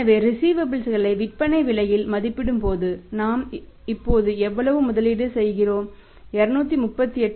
எனவே ரிஸீவபல்ஸ் களை விற்பனை விலையில் மதிப்பிடும்போது நாம் இப்போது எவ்வளவு முதலீடு செய்கிறோம் 238